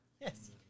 Yes